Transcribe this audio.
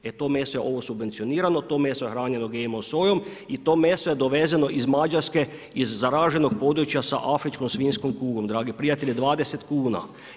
E to meso je subvencionirano, to je meso hranjeno GMO sojom i to meso je dovezeno iz Mađarske iz zaraženog područja sa afričkom svinjskom kugom, dragi prijatelji 20 kuna.